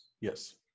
yes